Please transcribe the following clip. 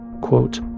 Quote